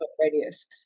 radius